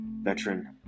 veteran